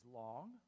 long